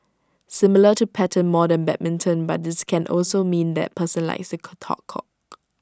similar to pattern more than badminton but this can also mean that person likes to talk cock